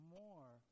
more